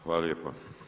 Hvala lijepa.